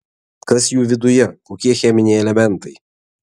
kas jų viduje kokie cheminiai elementai